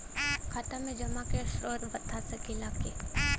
खाता में जमा के स्रोत बता सकी ला का?